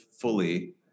fully